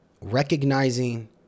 recognizing